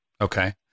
Okay